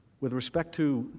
with respect to